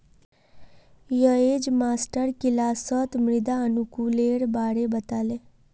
अयेज मास्टर किलासत मृदा अनुकूलेर बारे बता ले